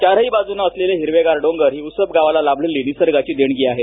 चारही बाजूंनी असलेले हिरवेगार डोंगर हि उसप गावाला लाभलेली निसर्गाची देणगी आहे